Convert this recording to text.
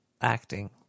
acting